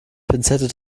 pinzette